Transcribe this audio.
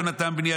יונתן בני,